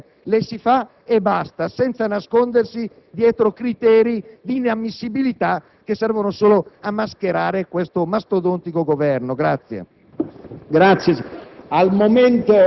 la volontà di fare le cose, si fanno e basta, senza nascondersi dietro criteri di inammissibilità che servono solo a mascherare questo mastodontico Governo.